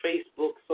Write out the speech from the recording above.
Facebook